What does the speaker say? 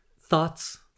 thoughts